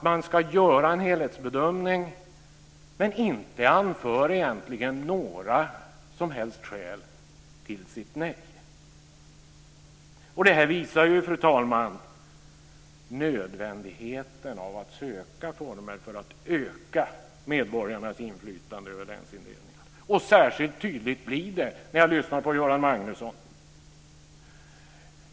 Man ska göra en helhetsbedömning, men anför egentligen inte några som helst skäl till sitt nej. Detta visar, fru talman, nödvändigheten av att söka former för att öka medborgarnas inflytande över länsindelningar. Särskilt tydligt blir det när jag lyssnar på Göran Magnusson.